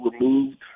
removed